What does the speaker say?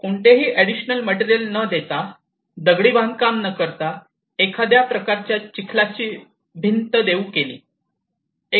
कोणतेही additional material न देता दगडी बांधकाम न करता एखाद्या प्रकारच्या चिखलाची भिंत देऊ केली